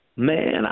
Man